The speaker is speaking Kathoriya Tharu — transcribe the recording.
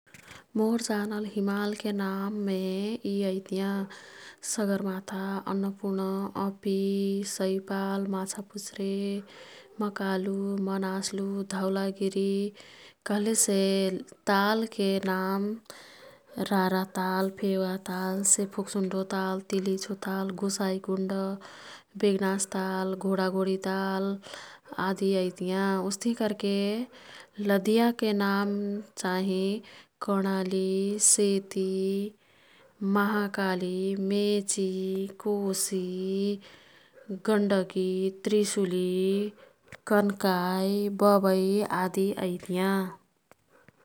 मोर् जानल हिमालके नाममे यी अईतियाँ। सगरमाथा, अन्नपूर्ण, अपि, सैपाल, माछापुच्छ्रे, मकालु, मनास्लु, धौलागिरी कह्लेसे तालके नाम रारा ताल, फेवाताल, से फोक्सुण्डो ताल, तिलिचो ताल, गोसाईकुण्ड, बेगनास ताल, घोडाघोडी ताल, आदि अईतियाँ। उस्ते कर्के लदियाके नाम चाहिँ कर्णाली, सेती, महाकाली, मेची, कोशी, गण्डकी, त्रिशुली, कन्काई, बबई आदि अईतियाँ।